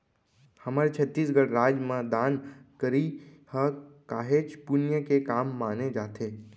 हमर छत्तीसगढ़ राज म दान करई ह काहेच पुन्य के काम माने जाथे